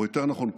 או יותר נכון,